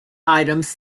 items